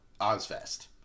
Ozfest